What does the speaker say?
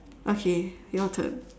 okay your turn